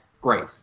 great